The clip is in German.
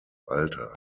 alter